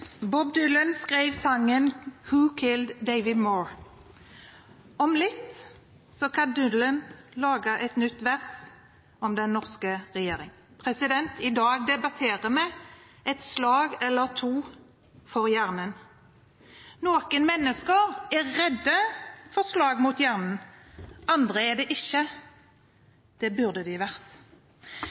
Bob Dylan skrev sangen «Who Killed Davey Moore». Om litt kan Dylan lage et nytt vers om den norske regjeringen. I dag debatterer vi et slag eller to for hjernen. Noen mennesker er redde for slag mot hjernen – andre er det ikke. Det burde de vært.